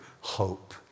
hope